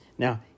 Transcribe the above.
Now